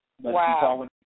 Wow